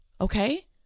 okay